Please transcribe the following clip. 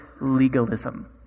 legalism